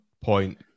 point